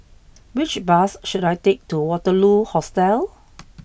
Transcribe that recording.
which bus should I take to Waterloo Hostel